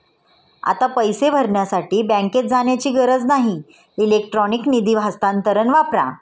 आता पैसे भरण्यासाठी बँकेत जाण्याची गरज नाही इलेक्ट्रॉनिक निधी हस्तांतरण वापरा